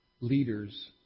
leaders